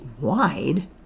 wide